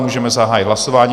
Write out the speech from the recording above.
Můžeme zahájit hlasování.